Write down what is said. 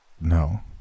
no